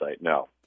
no